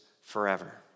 forever